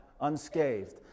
unscathed